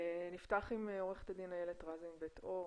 נפתח עם עו"ד אילת רזין בית אור,